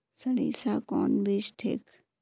सरीसा कौन बीज ठिक?